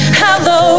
hello